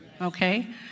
Okay